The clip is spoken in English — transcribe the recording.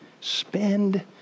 spend